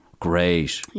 Great